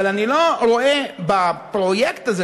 אבל אני לא רואה בפרויקט הזה,